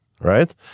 right